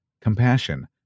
compassion